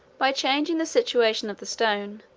by changing the situation of the stone,